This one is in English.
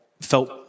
Felt